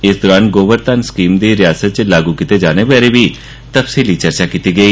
इस दरान गोबर धन स्कीम गी रियासत च लागू कीते जाने बारै बी तफसीली चर्चा कीती गेई